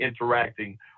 interacting